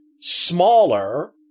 smaller